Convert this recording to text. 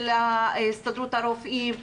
של הסתדרות הרופאים,